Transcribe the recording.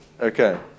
Okay